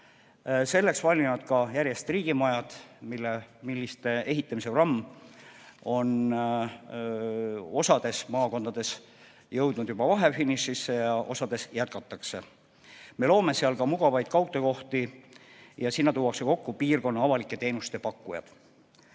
Selleks valmivad järjest riigimajad, mille ehitamise programm on osas maakondades jõudnud juba vahefinišisse ja osas jätkatakse. Me loome seal ka mugavaid kaugtöökohti ja sinna tuuakse kokku piirkonna avalike teenuste pakkujad.